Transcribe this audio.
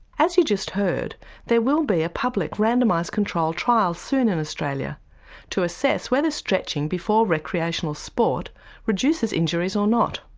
as you just heard there will be a public randomised control trial soon in australia to assess whether stretching before recreational sport reduces injuries or not.